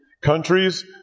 countries